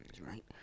Right